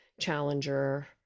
Challenger